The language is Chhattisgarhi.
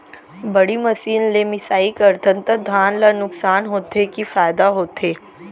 बड़ी मशीन ले मिसाई करथन त धान ल नुकसान होथे की फायदा होथे?